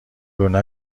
لونه